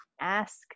ask